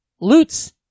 Lutz